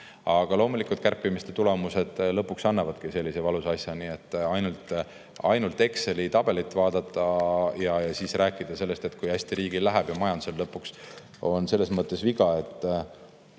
Aga loomulikult, kärpimise tulemused lõpuks annavadki sellise valusa asja. Nii et ainult Exceli tabelit vaadata ja rääkida sellest, kui hästi riigil ja majandusel lõpuks läheb, on selles mõttes viga, et